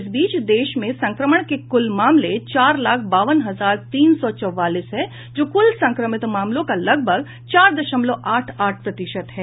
इस समय देश में संक्रमण के कुल मामले चार लाख बावन हजार तीन सौ चौवालीस हैं जो कुल संक्रमित मामलों का लगभग चार दशमलव आठ आठ प्रतिशत है